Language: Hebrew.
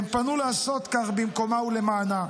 הם פנו לעשות כך במקומה ולמענה.